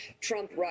Trump